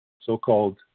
so-called